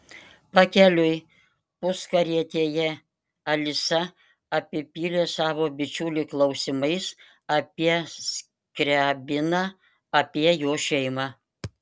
pakeliui puskarietėje alisa apipylė savo bičiulį klausimais apie skriabiną apie jo šeimą